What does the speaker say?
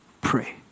pray